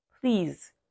please